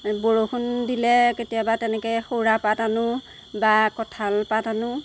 বৰষুণ দিলে কেতিয়াবা তেনেকৈ সুৰাপাত আনো বা কঁঠাল পাত আনো